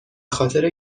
خاطر